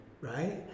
Right